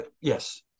yes